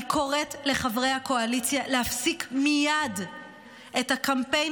אני קוראת לחברי הקואליציה להפסיק מייד את הקמפיין